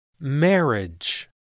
Marriage